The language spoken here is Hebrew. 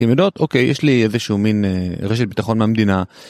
אוקיי, יש לי איזשהו מין רשת ביטחון מהמדינה.